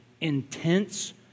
intense